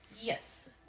Yes